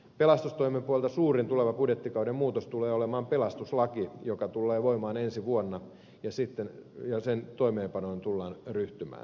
pelastustoimen kannalta suurin tulevan budjettikauden muutos tulee olemaan pelastuslaki joka tullee voimaan ensi vuonna ja tällöin sen toimeenpanoon tullaan ryhtymään